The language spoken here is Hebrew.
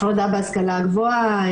הפרדה בהשכלה הגבוהה,